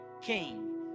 king